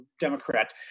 Democrat